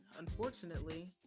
unfortunately